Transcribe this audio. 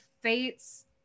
fates